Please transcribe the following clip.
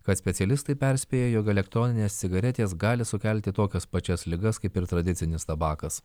kad specialistai perspėja jog elektroninės cigaretės gali sukelti tokias pačias ligas kaip ir tradicinis tabakas